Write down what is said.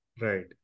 Right